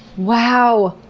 wow!